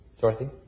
Dorothy